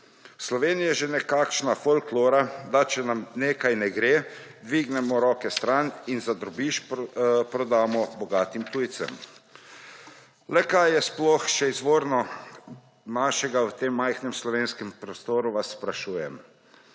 Sloveniji je že nekakšna folklora, da če nam nekaj ne gre, dvignemo roke stran in za drobiž prodamo bogatim tujcem. Le kaj je sploh še izvorno našega v tem majhnem slovenskem prostoru, vas sprašujem.